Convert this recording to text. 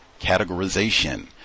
categorization